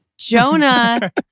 Jonah